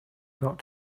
got